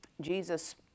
Jesus